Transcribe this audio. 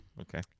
Okay